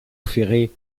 ferré